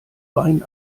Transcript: wein